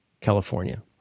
California